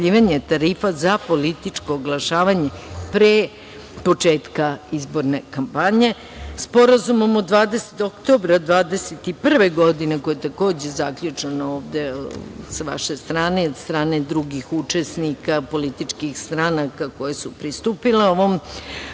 tarifa za političko oglašavanje pre početka izborne kampanje. Sporazumom od 20. oktobra 2021. godine koji je, takođe zaključen ovde sa vaše strane i od strane drugih učesnika, političkih stranaka koje su pristupile ovom